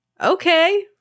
okay